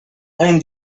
hain